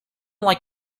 like